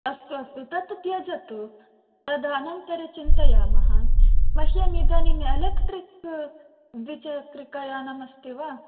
अस्तु अस्तु तत् त्यजतु तदनन्तरं चिन्तयामः मह्यम् इदानीम् एलेक्ट्रिक् द्विचक्रिकयानमस्ति वा